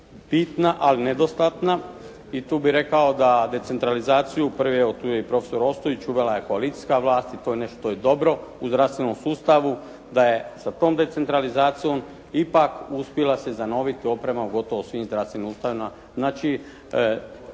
bitna ali nedostatna i tu bih rekao da decentralizaciju uprave, evo tu je i profesor Ostojić uvela je koalicijska vlast i to je nešto što je dobro u zdravstvenom sustavu, da je sa tom decentralizacijom ipak uspjela se zanoviti oprema u gotovo svim zdravstvenim ustanovama.